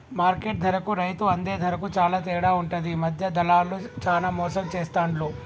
market ధరకు రైతు అందే ధరకు చాల తేడా ఉంటది మధ్య దళార్లు చానా మోసం చేస్తాండ్లు